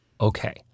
Okay